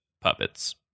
puppets